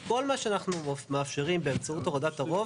אז כל מה שאנחנו מאפשרים באמצעות הורדת הרוב